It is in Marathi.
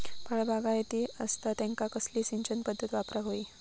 फळबागायती असता त्यांका कसली सिंचन पदधत वापराक होई?